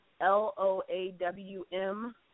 L-O-A-W-M